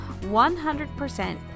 100%